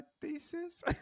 thesis